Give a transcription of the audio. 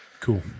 Cool